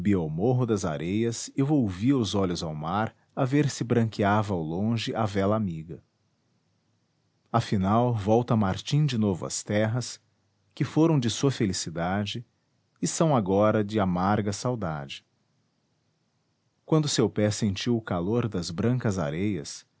ao morro das areias e volvia os olhos ao mar a ver se branqueava ao longe a vela amiga afinal volta martim de novo às terras que foram de sua felicidade e são agora de amarga saudade quando seu pé sentiu o calor das brancas areias